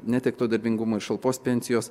netekto darbingumo šalpos pensijos